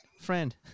friend